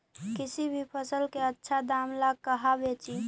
किसी भी फसल के आछा दाम ला कहा बेची?